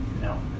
No